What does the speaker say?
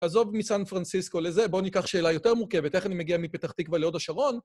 עזוב מסן פרנסיסקו לזה, בואו ניקח שאלה יותר מורכבת. איך אני מגיע מפתח תקווה להוד השרון?